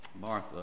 Martha